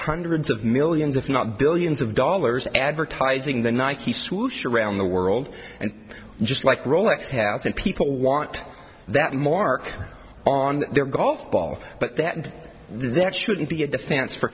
hundreds of millions if not billions of dollars advertising the nike swoosh around the world and just like rolex has and people want that mark on their golf ball but that there shouldn't be a defense for